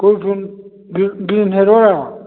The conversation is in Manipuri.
ꯀꯣꯕꯤ ꯐꯨꯜ